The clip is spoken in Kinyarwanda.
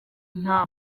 nta